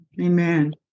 Amen